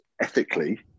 ethically